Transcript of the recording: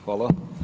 Hvala.